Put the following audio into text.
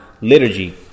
liturgy